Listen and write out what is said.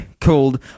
called